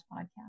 podcast